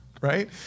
Right